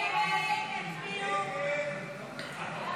הסתייגות 92 לא